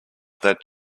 that